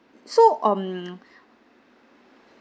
so um